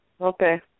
Okay